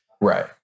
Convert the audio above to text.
Right